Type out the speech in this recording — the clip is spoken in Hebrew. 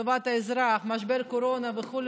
טובת האזרח, משבר הקורונה וכו'